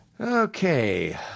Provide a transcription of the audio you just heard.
Okay